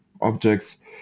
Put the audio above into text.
objects